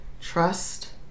Trust